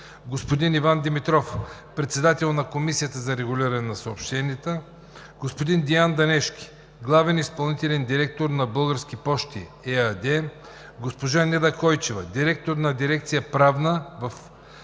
господин Иван Димитров – председател на Комисията за регулиране на съобщенията, господин Деян Дънешки – главен изпълнителен директор на „Български пощи“ ЕАД, госпожа Неда Койчева – директор на дирекция „Правна“ в Комисията